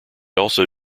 also